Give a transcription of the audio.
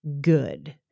good